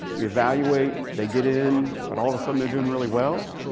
we evaluate, they get in, but all the sudden they're doing really well,